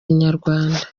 inyarwanda